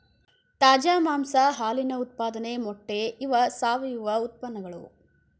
ತಾಜಾ ಮಾಂಸಾ ಹಾಲಿನ ಉತ್ಪಾದನೆ ಮೊಟ್ಟೆ ಇವ ಸಾವಯುವ ಉತ್ಪನ್ನಗಳು